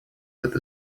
with